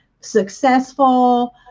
successful